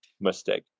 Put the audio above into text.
mistake